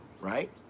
right